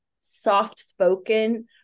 soft-spoken